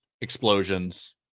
explosions